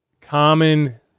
common